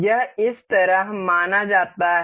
यह इस तरह माना जाता है